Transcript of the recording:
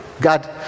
God